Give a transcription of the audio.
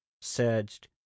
surged